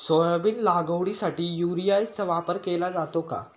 Soybean लागवडीसाठी युरियाचा वापर केला जातो का?